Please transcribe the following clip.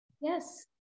Yes